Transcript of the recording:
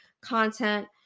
content